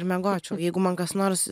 ir miegočiau jeigu man kas nors